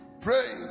pray